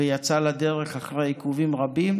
ויצא לדרך אחרי עיכובים רבים,